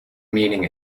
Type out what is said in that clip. meaning